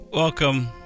Welcome